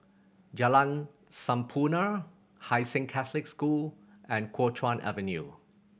Jalan Sampurna Hai Sing Catholic School and Kuo Chuan Avenue